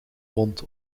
wond